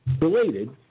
Related